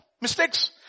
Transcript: mistakes